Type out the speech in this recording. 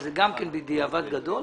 שזה גם כן בדיעבד גדול,